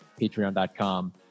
patreon.com